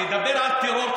לדבר על טרור,